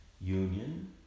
union